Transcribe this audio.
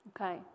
Okay